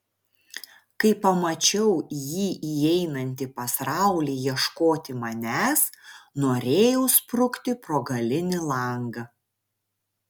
kai pamačiau jį įeinantį pas raulį ieškoti manęs norėjau sprukti pro galinį langą